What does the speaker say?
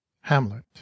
Hamlet